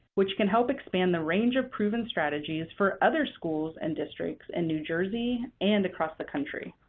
which can help expand the range of proven strategies for other schools and districts in new jersey and across the country.